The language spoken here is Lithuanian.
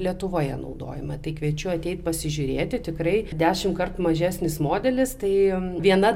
lietuvoje naudojama tai kviečiu ateit pasižiūrėti tikrai dešimtkart mažesnis modelis tai viena